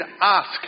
ask